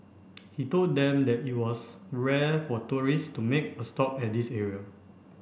he told them that it was rare for tourist to make a stop at this area